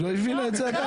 היא לא הבינה את זה?